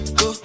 go